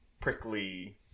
prickly